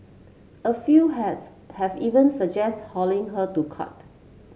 a few has have even suggested hauling her to court